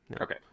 Okay